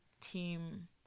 team